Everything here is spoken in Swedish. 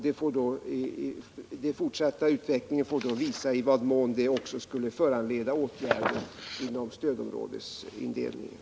Den fortsatta utvecklingen får visa i vad mån det också skulle föranleda åtgärder beträffande stödområdesindelningen.